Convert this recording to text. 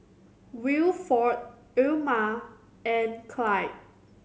Wilford Ilma and Clide